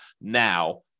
now